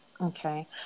okay